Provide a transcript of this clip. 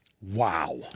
Wow